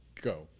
go